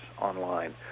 online